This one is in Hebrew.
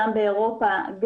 גם באירופה,